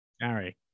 Gary